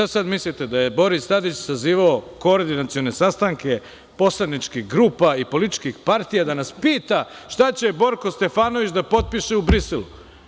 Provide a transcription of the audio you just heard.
Šta sada mislite da je Boris Tadić sazivao koordinacione sastanke poslaničkih grupa i političkih partija da nas pita šta će Borko Stefanović da potpiše u Briselu.